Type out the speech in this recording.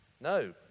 No